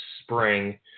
spring